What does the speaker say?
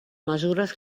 mesures